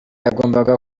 yagombaga